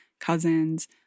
cousins